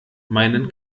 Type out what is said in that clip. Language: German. meinen